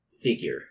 figure